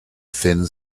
thin